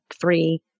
three